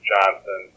Johnson